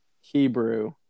Hebrew